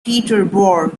peterborough